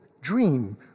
dream